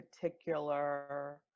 particular